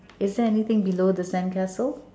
is there anything below the sandcastle